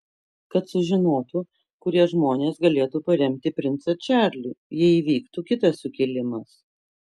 kad sužinotų kurie žmonės galėtų paremti princą čarlį jei įvyktų kitas sukilimas